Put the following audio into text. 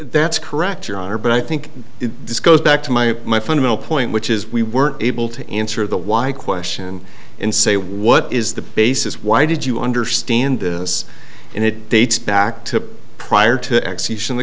that's correct your honor but i think this goes back to my my fundamental point which is we weren't able to answer the why question and say what is the basis why did you understand this and it dates back to prior to